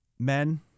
Men